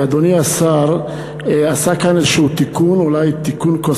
אדוני השר עשה כאן איזשהו תיקון,